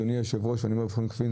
אדוני יושב-ראש הוועדה,